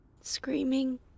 screaming